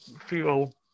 feel